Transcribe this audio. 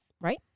Right